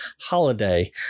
holiday